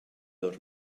dos